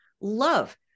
love